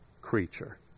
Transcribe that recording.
creature